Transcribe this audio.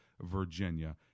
virginia